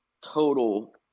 total